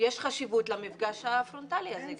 יש חשיבות למפגש הפרונטאלי הזה.